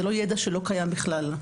זה לא ידע שלא קיים בכלל.